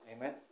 Amen